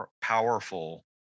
powerful